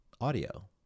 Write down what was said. audio